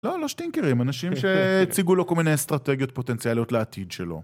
לא, לא שטינקרים, אנשים שהציגו לו כל מיני אסטרטגיות פוטנציאליות לעתיד שלו.